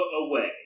away